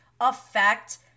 affect